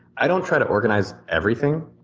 i don't try to organize everything.